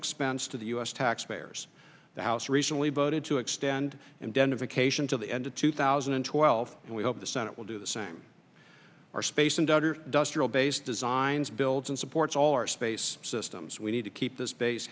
expense to the u s taxpayers the house recently voted to extend indemnification to the end of two thousand and twelve and we hope the senate will do the same our space and outer duster obeys designs builds and supports all our space systems we need to keep this base